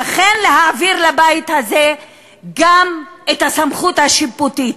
ואכן, להעביר לבית הזה גם את הסמכות השיפוטית.